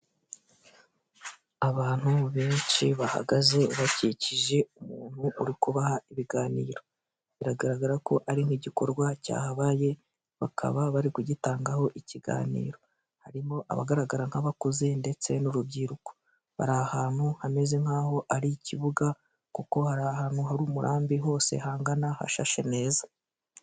Abantu benshi bahagaze bakikije umuntu uri kubaha ibiganiro biragaragara ko ari nk'igikorwa cyahabaye bakaba bari kugitangaho ikiganiro harimo abagaragara nk'abakuze ndetse n'urubyiruko bari ahantu hameze nk'aho ari ikibuga kuko hari ahantu hari umurambi hose hangana hashashe neza.